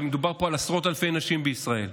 ומדובר פה על עשרות אלפי נשים בישראל,